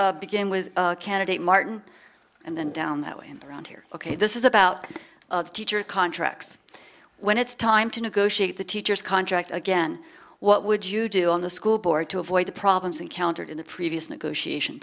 question began with candidate martin and then down that way around here ok this is about teacher contracts when it's time to negotiate the teacher's contract again what would you do on the school board to avoid the problems encountered in the previous negotiation